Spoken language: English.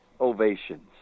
ovations